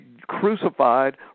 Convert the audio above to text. crucified